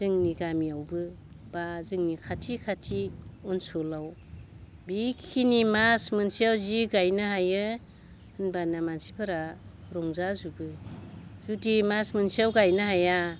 जोंनि गामियावबो बा जोंनि खाथि खाथि ओनसोलाव बि खिनि माच मोनसेआव जि गायनो हायो होनबानो मानसिफोरा रंजा जोबो जुदि माच मोनसेयाव गायनो हाया